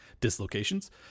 dislocations